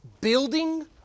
building